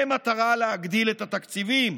במטרה להגדיל את התקציבים.